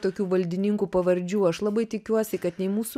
tokių valdininkų pavardžių aš labai tikiuosi kad nei mūsų